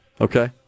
Okay